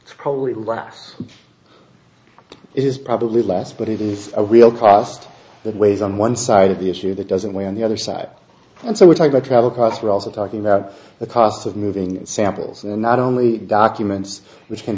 rocks is probably less but it is a real cost that weighs on one side of the issue that doesn't weigh on the other side and so we're talking about travel costs we're also talking about the costs of moving samples where not only documents which can